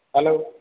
hello